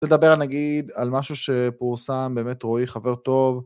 לדבר נגיד על משהו שפורסם. באמת, רועי, חבר טוב